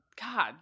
God